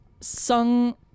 Sung